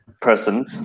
person